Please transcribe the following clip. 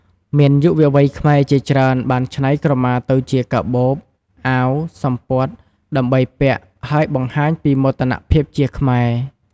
មានយុវវ័យខ្មែរជាច្រើនបានច្នៃក្រមាទៅជាកាបូប អាវ សំពត់ ដើម្បីពាក់ ហើយបង្ហាញពីមោទនភាពជាខ្មែរ។